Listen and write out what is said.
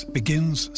begins